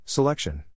Selection